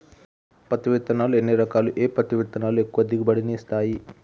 పత్తి విత్తనాలు ఎన్ని రకాలు, ఏ పత్తి విత్తనాలు ఎక్కువ దిగుమతి ని ఇస్తాయి?